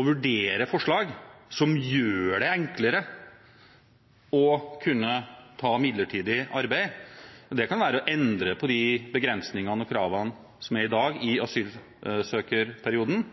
å vurdere forslag som gjør det enklere å kunne ta midlertidig arbeid – det kan være å endre på de begrensningene og kravene som er i dag i asylsøkerperioden